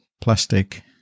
plastic